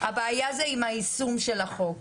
הבעיה זה עם היישום של החוק.